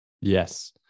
yes